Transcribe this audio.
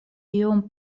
iom